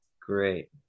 Great